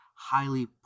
highly